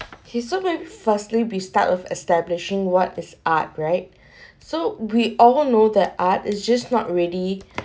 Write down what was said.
he sopri~ firstly we start of establishing what is art right so we all know that art is just not ready